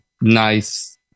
nice